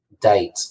date